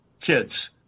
kids